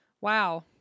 Wow